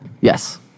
Yes